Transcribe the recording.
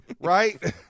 right